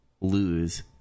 lose